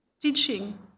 teaching